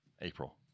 April